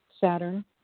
Saturn